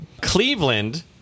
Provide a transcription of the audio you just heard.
Cleveland